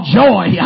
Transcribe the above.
joy